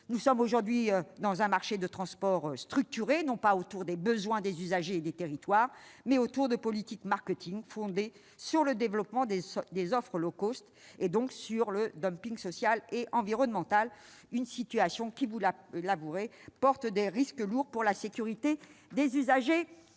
Nous sommes aujourd'hui dans un marché des transports structuré non pas autour des besoins des usagers et des territoires, mais autour de politiques marketing fondées sur le développement des offres low cost et, donc, sur le dumping social et environnemental. Une situation qui, vous l'avouerez, porte des risques lourds pour la sécurité des usagers